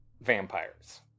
vampires